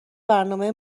برنامه